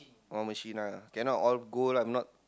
all machine lah cannot all go lah if not